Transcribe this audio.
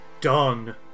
done